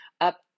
up